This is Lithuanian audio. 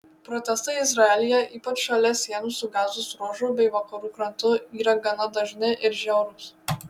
protestai izraelyje ypač šalia sienų su gazos ruožu bei vakarų krantu yra gana dažni ir žiaurūs